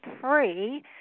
three